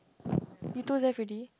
you two left already